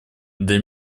для